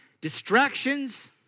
Distractions